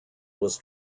was